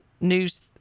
news